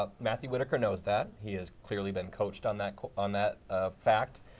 matthew whitaker knows that. he has clearly been coached on that on that ah fact.